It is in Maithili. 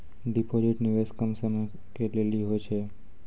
डिपॉजिट निवेश कम समय के लेली होय छै?